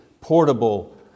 portable